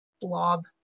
blob